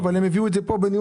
אבל הם הביאו את זה לכאן במכתבם